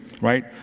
right